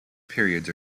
periods